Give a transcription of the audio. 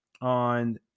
On